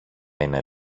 είναι